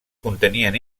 contenien